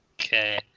Okay